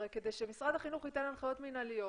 הרי כדי שמשרד החינוך ייתן הנחיות מינהליות,